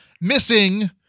Missing